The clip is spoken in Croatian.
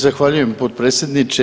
Zahvaljujem potpredsjedniče.